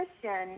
Christian